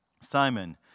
Simon